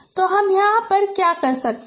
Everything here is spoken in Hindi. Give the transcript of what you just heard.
तो हम क्या कर रहे हैं